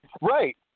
right